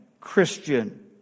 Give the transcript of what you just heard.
Christian